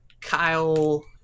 Kyle